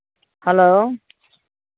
hello